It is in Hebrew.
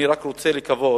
אני רק רוצה לקוות